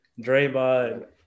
Draymond